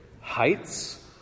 heights